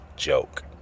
joke